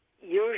Usually